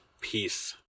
Peace